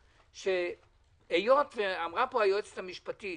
היות ואמרה היועצת המשפטית,